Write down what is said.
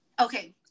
Okay